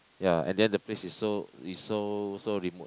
ya and then the place is so is so so remote